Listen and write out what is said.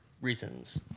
reasons